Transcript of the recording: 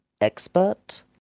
expert